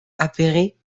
appéré